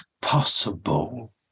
possible